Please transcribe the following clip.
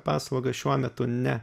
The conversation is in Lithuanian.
paslaugą šiuo metu ne